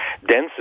density